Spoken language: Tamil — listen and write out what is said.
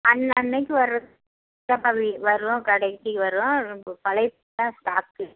அன் அன்னிக்கு வர ஸ்டாக் தான்ப்பா வரும் கடைக்கு வரும் பழசுலாம் ஸ்டாக் இருக்காது